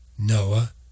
Noah